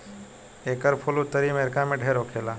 एकर फूल उत्तरी अमेरिका में ढेर होखेला